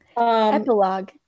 epilogue